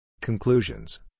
Conclusions